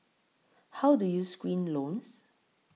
how do you screen loans